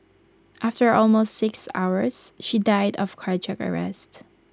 after almost six hours she died of cardiac arrest